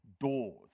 doors